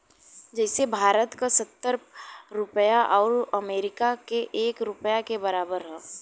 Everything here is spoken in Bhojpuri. जइसे भारत क सत्तर रुपिया आउर अमरीका के एक रुपिया के बराबर हौ